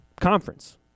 conference